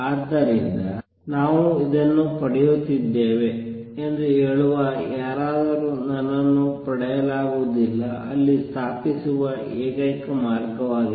ಆದ್ದರಿಂದ ನಾವು ಇದನ್ನು ಪಡೆಯುತ್ತಿದ್ದೇವೆ ಎಂದು ಹೇಳುವ ಯಾರಾದರೂ ನನ್ನನ್ನು ಪಡೆಯಲಾಗುವುದಿಲ್ಲ ಅಲ್ಲಿ ಸ್ಥಾಪಿಸುವ ಏಕೈಕ ಮಾರ್ಗವಾಗಿದೆ